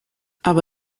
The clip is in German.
aber